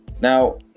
Now